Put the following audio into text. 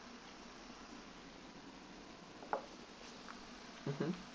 mmhmm